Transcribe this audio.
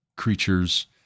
creatures